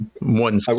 One